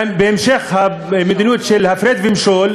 בהמשך למדיניות של הפרד ומשול,